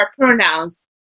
pronouns